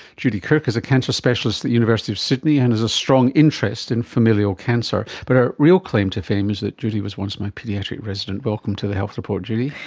judy kirk is a cancer specialist at the university of sydney and has a strong interest in familial cancer, but her real claim to fame is that judy was once my paediatric resident. welcome to the health report judy.